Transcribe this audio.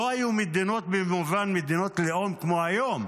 לא היו מדינות במובן של מדינות לאום כמו היום,